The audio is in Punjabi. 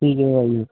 ਠੀਕ ਹੈ ਭਾਜੀ